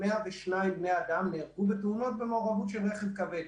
102 בני אדם נהרגו בתאונות במעורבות של רכב כבד.